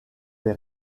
les